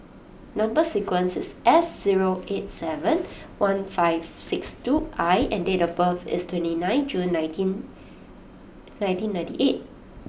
number sequence is S zero eight seven one five six two I and date of birth is twenty nine June nineteen nineteen ninety eight